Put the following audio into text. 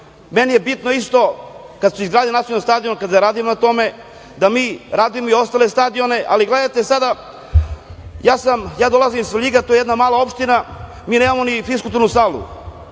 meni je bitno isto, kada se izgradi Nacionalni stadion, kada radimo na tome, da mi radimo i ostale stadione. Ali gledajte sada, dolazim iz Svrljiga, to je jedna mala opština, mi nemamo ni fiskulturnu salu.